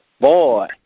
Boy